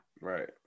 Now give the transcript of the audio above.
Right